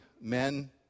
men